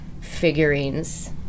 figurines